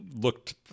looked